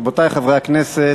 רבותי חברי הכנסת,